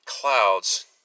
clouds